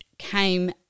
came